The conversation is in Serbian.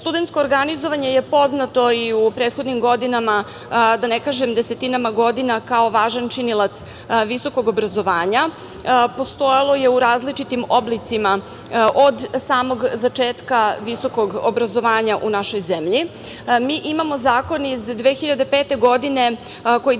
Studentsko organizovanje je poznato i u prethodnim godinama, da ne kažem desetinama godina, kao važan činilac visokog obrazovanja. Postojalo je u različitim oblicima od samog začetka visokog obrazovanja u našoj zemlji. Mi imamo zakon iz 2005. godine koji